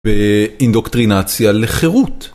באינדוקטרינציה לחירות.